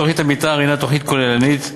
תוכנית המתאר היא תוכנית כוללנית,